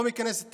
לא מכנס את